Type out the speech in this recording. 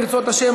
ברצות השם,